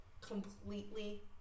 completely